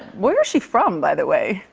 where is she from, by the way?